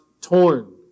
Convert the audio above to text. torn